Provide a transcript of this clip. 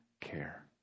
care